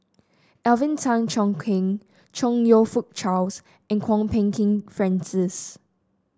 Alvin Tan Cheong Kheng Chong You Fook Charles and Kwok Peng Kin Francis